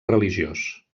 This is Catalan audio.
religiós